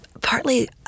partly